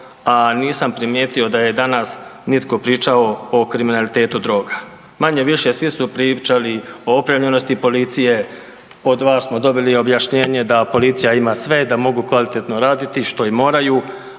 a nisam primijetio da je danas nitko pričao o kriminalitetu droga. Manje-više sve su pričali o opremljenosti policije. Od vas smo dobili i objašnjenje da policija ima sve da mog kvalitetno raditi što i moraju,